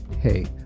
Hey